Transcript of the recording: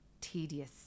tedious